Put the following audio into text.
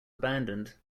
abandoned